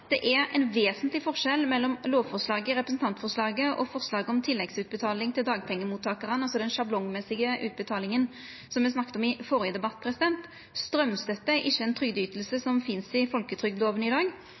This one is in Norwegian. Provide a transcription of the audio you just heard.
Det er ein vesentleg forskjell mellom lovforslaget i representantforslaget og forslaget om tilleggsutbetaling til dagpengemottakarane, altså den sjablongmessige utbetalinga som me snakka om i den førre debatten. Straumstøtte er ikkje ei trygdeyting som finst i folketrygdlova i dag,